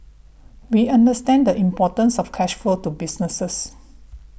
we understand the importance of cash flow to businesses